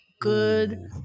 good